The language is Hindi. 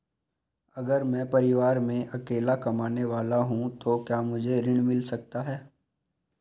अगर मैं परिवार में अकेला कमाने वाला हूँ तो क्या मुझे ऋण मिल सकता है?